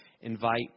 invite